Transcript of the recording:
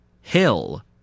hill